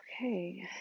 okay